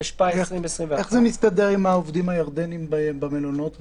התשפ"א-2021." איך זה מסתדר עם העובדים הירדנים במלונות באילת.